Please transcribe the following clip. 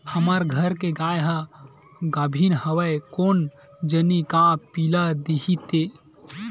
हमर घर के गाय ह गाभिन हवय कोन जनी का पिला दिही ते